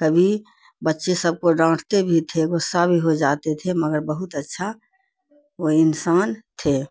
کبھی بچے سب کو ڈانٹتے بھی تھے غصہ بھی ہو جاتے تھے مگر بہت اچھا وہ انسان تھے